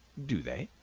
do they?